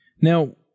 Now